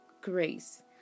grace